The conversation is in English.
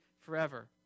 forever